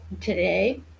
today